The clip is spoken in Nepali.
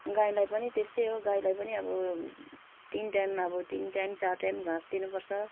गाईलाई पनि त्यस्तै हो गाईलाई पनि अब तिन टाइम अब चार टाइम घाँस दिनु पर्छ